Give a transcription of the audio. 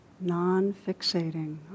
non-fixating